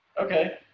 Okay